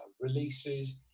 releases